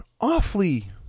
awfully